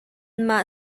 mah